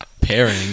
pairing